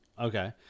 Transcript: Okay